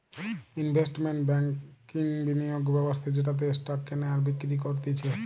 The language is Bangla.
ইনভেস্টমেন্ট ব্যাংকিংবিনিয়োগ ব্যবস্থা যেটাতে স্টক কেনে আর বিক্রি করতিছে